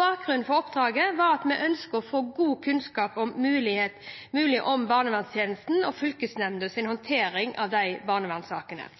Bakgrunnen for oppdraget er at vi ønsker å få så god kunnskap som mulig om barneverntjenestens og fylkesnemndas håndtering av disse barnevernssakene.